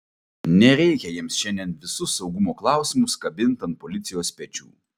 nereikia jiems šiandien visus saugumo klausimus kabint ant policijos pečių